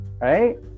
right